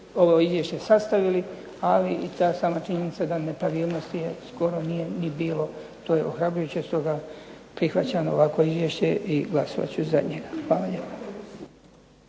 ovo izvješće sastavili, ali i ta sama činjenica da nepravilnosti skoro nije ni bilo to je ohrabrujuće. Stoga prihvaćam ovakvo izvješće i glasovat ću za njega. Hvala lijepo.